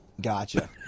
Gotcha